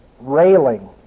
railing